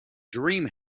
dream